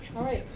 all right,